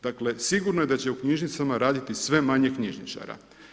Dakle sigurno je da će u knjižnicama raditi sve manje knjižničara.